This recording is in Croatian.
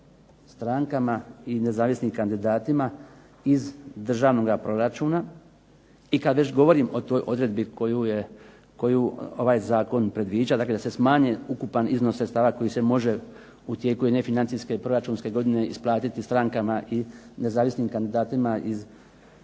strankama i nezavisnim kandidatima iz državnoga proračuna. I kad već govorim o toj odredbi koju ovaj zakon predviđa, dakle da se smanji ukupan iznos sredstava koji se može u tijeku jedne financijske i proračunske godine isplatiti strankama i nezavisnim kandidatima iz državnog proračuna